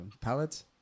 palette